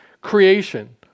creation